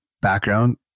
background